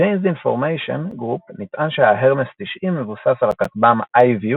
בג'יינס אינפורמיישן גרופ נטען שההרמס 90 מבוסס על הכטב"מ I-View